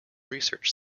research